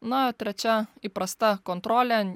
na o trečia įprasta kontrolė